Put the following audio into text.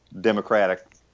democratic